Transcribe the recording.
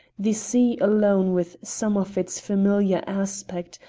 the sea alone with some of its familiar aspect,